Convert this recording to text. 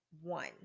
one